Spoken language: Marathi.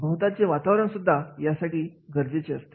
भुताची वातावरण सुद्धा यासाठी गरजेचे असते